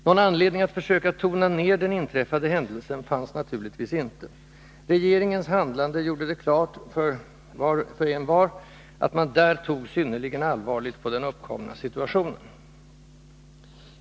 Någon anledning att försöka ”tona ned” den inträffade händelsen fanns naturligtvis inte. Regeringens handlande gjorde det klart för envar att man där tog synnerligen allvarligt på den uppkomna situationen.